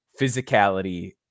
physicality